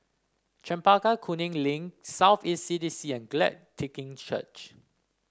Chempaka Kuning Link South East C D C and Glad Tiding Church